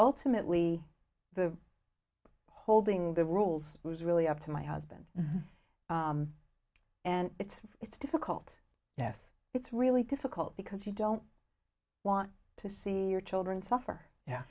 ultimately the holding the rules was really up to my husband and it's it's difficult death it's really difficult because you don't want to see your children suffer yeah